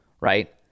right